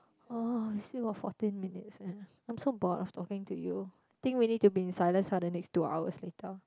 orh we still got fourteen minutes eh I'm so bored of talking to you think we need to be in silence for the next two hours later